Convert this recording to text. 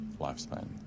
lifespan